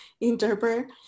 interpreter